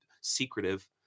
secretive